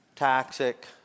Toxic